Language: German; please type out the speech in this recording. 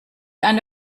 eine